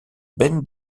ben